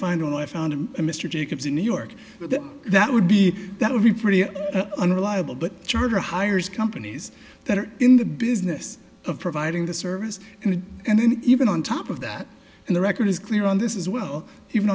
way i found a mr jacobs in new york that would be that would be pretty unreliable but charter hires companies that are in the business of providing the service and then even on top of that and the record is clear on this is well even